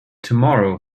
tomorrow